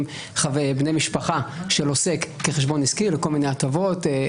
בני משפחה של עוסק כחשבון עסקי לכל מיני הטבות,